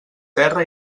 terra